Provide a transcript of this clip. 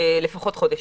לפחות חודש,